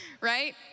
right